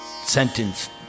sentence